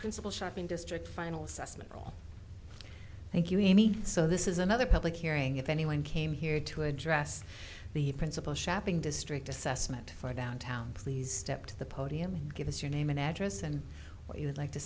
principle shopping district final assessment will thank you amy so this is another public hearing if anyone came here to address the principal shopping district assessment for downtown please step to the podium and give us your name and address and what you would like to